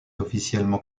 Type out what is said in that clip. officiellement